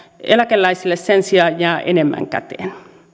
eläkeläisille sen sijaan jää enemmän käteen